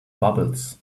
bubbles